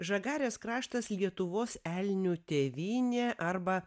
žagarės kraštas lietuvos elnių tėvynė arba